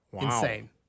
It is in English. insane